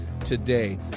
today